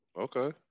Okay